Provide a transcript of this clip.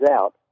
out